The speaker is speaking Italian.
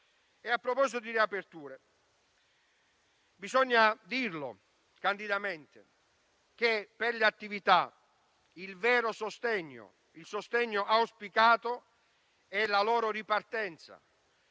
A proposito di riaperture, bisogna dire candidamente che per le attività il vero sostegno, il sostegno auspicato, è la loro ripartenza.